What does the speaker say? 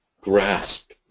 grasp